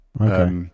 Okay